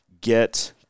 get